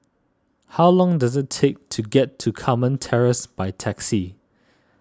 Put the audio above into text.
how long does it take to get to Carmen Terrace by taxi